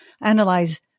analyze